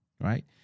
Right